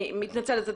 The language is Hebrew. אני מתנצלת,